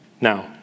Now